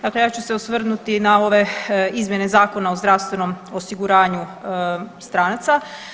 Dakle, ja ću se osvrnuti na ove izmjene Zakona o zdravstvenom osiguranju stranaca.